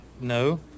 no